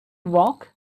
walked